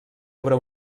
obre